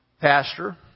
pastor